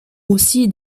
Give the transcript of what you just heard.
aussi